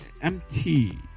MT